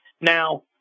Now